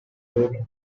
wrote